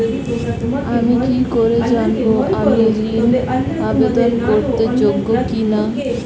আমি কি করে জানব আমি ঋন আবেদন করতে যোগ্য কি না?